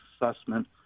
assessment